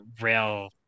rail